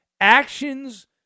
Actions